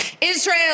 Israel